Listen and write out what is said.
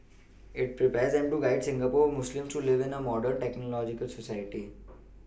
it prepares them to guide Singapore Muslims to live in a modern technological society